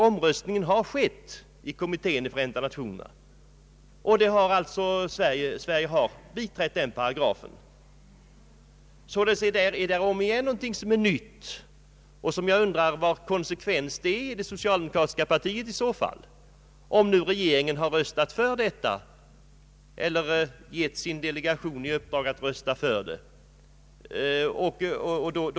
Omröstning har skett i kommittén i Förenta nationerna, och Sverige har biträtt förslaget om denna bestämmelse. Det är således någonting helt nytt som tillkommit, och jag undrar vad det ligger för konsekvens i socialdemokratiska partiets uppfattning i detta fall, om regeringen har röstat för denna bestämmelse eller gett sin delegation i uppdrag att rösta både för konventionerna och = socialdeklarationen.